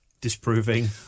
disproving